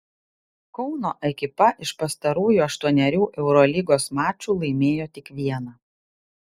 kauno ekipa iš pastarųjų aštuonerių eurolygos mačų laimėjo tik vieną